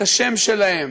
את השם שלהם,